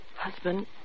Husband